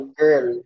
girl